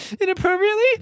inappropriately